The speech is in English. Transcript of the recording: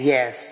Yes